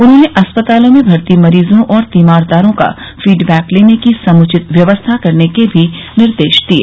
उन्होंने अस्पतालों में भर्ती मरीजों और तीमारदारों का फीडबैक लेने की समूचित व्यवस्था करने के भी निर्देश दिये